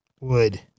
wood